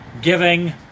giving